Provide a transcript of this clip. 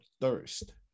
thirst